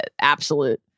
absolute